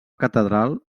catedral